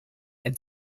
and